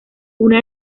una